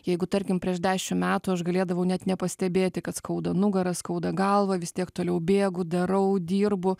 jeigu tarkim prieš dešim metų aš galėdavau net nepastebėti kad skauda nugarą skauda galvą vis tiek toliau bėgu darau dirbu